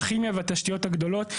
הכימיה והתשתיות הגדולות,